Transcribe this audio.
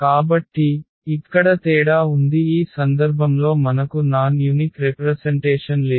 కాబట్టి ఇక్కడ తేడా ఉంది ఈ సందర్భంలో మనకు నాన్ యునిక్ రెప్రసెన్టేషన్ లేదు